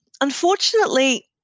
Unfortunately